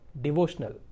devotional